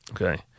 Okay